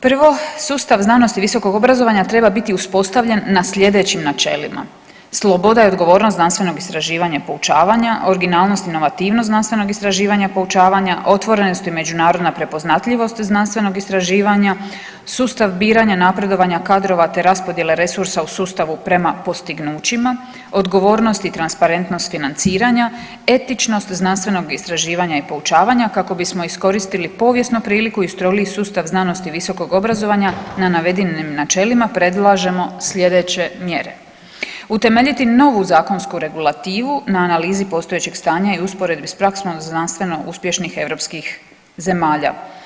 Prvo sustav znanosti, visokog obrazovanja treba biti uspostavljen na sljedećim načelima: sloboda i odgovornost znanstvenog istraživanja i poučavanja, originalnost i inovativnost znanstvenog istraživanja i poučavanja, otvorenost i međunarodna prepoznatljivost znanstvenog istraživanja, sustav biranja, napredovanja kadrova, te raspodjele resursa u sustavu prema postignućima, odgovornost i transparentnost financiranja, etičnost znanstvenog istraživanja i poučavanja kako bismo iskoristili povijesnu priliku i ustrojili sustav znanosti i visokog obrazovanja na navedenim načelima predlažemo sljedeće mjere: Utemeljiti novu zakonsku regulativu na analizi postojećeg stanja i usporedbi sa praksama znanstveno uspješnih europskih zemalja.